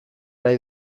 nahi